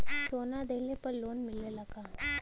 सोना दहिले पर लोन मिलल का?